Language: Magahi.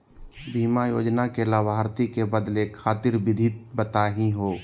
बीमा योजना के लाभार्थी क बदले खातिर विधि बताही हो?